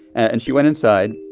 and she went inside,